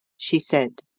she said.